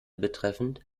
betreffend